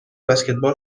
بسکتبال